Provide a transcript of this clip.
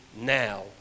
now